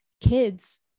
kids